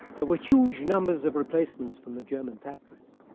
there were huge numbers of replacements from the german factories.